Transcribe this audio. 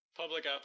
Public